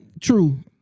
true